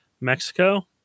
Mexico